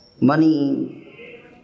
money